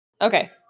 Okay